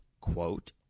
quote